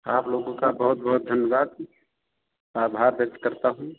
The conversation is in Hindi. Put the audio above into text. आप लोगों का बहुत बहुत धन्यवाद आभार व्यक्त करता हूँ